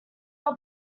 were